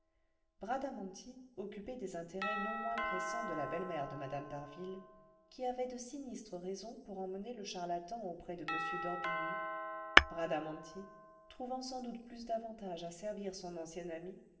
bradamanti occupé des intérêts non moins pressants de la belle-mère de mme d'harville qui avait de sinistres raisons pour emmener le charlatan auprès de m d'orbigny bradamanti trouvant sans doute plus d'avantage à servir son ancienne amie